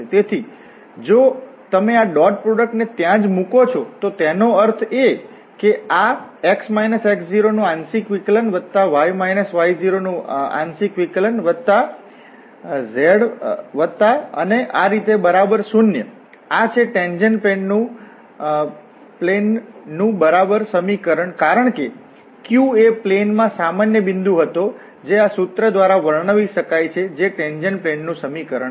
તેથી જો તમે આ ડોટ પ્રોડક્ટને ત્યાં જ મુકો છો તો તેનો અર્થ એ છે કે આ x x0 નુ આંશિક વિકલન વત્તા y y0 નુ આંશિક વિકલન વત્તા અને આ રીતે બરાબર શૂન્ય આ છે ટેન્જેન્ટ પ્લેન નું બરાબર સમીકરણ કારણ કે Q એ પ્લેન માં સામાન્ય બિંદુ હતો જે આ સૂત્ર દ્વારા વર્ણવી શકાય છે જે ટેન્જેન્ટ પ્લેન નું સમીકરણ છે